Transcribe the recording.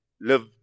live